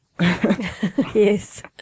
Yes